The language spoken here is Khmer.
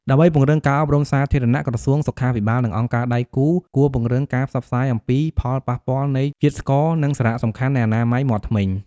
ដើម្បីពង្រឹងការអប់រំសាធារណៈ ក្រសួងសុខាភិបាល និងអង្គការដៃគូគួរពង្រឹងការផ្សព្វផ្សាយអំពីផលប៉ះពាល់នៃជាតិស្ករ និងសារៈសំខាន់នៃអនាម័យមាត់ធ្មេញ។